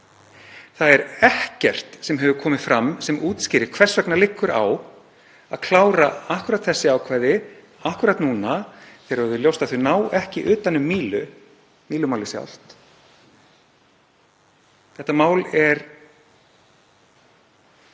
Það er ekkert sem hefur komið fram sem útskýrir hvers vegna liggur á að klára akkúrat þessi ákvæði akkúrat núna þegar orðið er ljóst að þau ná ekki utan um Mílumálið sjálft. Þetta er